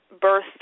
birth